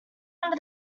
under